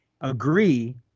agree